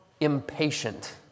impatient